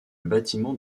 bâtiment